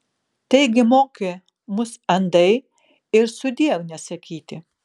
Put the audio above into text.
taigi mokė mus andai ir sudiev nesakyti